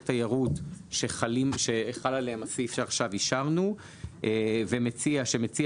תיירות שחל עליהם הסעיף שעכשיו אישרנו ומציע שמציע